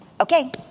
Okay